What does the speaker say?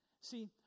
See